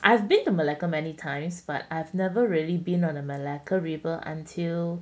I have been to malacca many times but I've never really been on the malacca river until